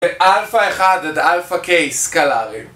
אלפא אחד עד אלפא קיי סקלארי